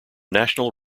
national